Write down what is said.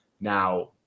Now